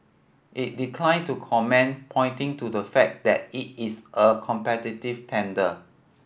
it declined to comment pointing to the fact that it is a competitive tender